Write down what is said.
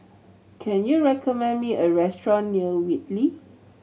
can you recommend me a restaurant near Whitley